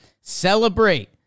celebrate